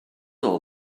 all